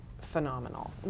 phenomenal